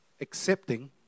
accepting